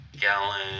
gallon